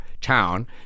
town